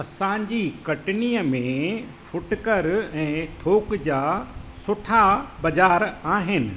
असांजी कटनीअ में फुटकर ऐं थोक जा सुठा ॿाज़ारि आहिनि